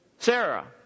Sarah